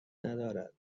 ندارد